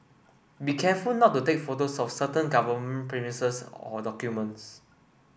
be careful not to take photos of certain government premises or documents